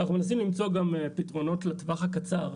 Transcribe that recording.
אנחנו מנסים למצוא גם פתרונות לטווח הקצר,